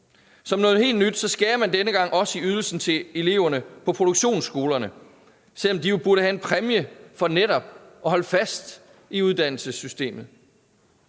Som noget helt nyt skærer man denne gang også i ydelsen til eleverne på produktionsskolerne, selv om de jo burde have en præmie for netop at holde fast i uddannelsessystemet.